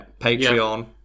Patreon